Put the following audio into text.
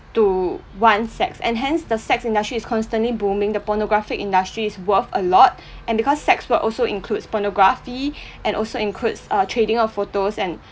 to want sex and hence the sex industry is constantly booming the pornographic industry is worth a lot and because sex work also includes pornography and also includes uh trading of photos and